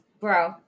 Bro